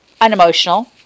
unemotional